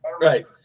right